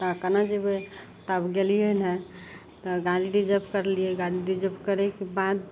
तऽ आब केना जेबय तऽ आब गेलियै ने तऽ गाड़ी रिजर्व करलियै गाड़ी रिजर्व करयके बाद